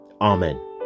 Amen